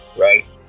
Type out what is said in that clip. right